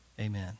Amen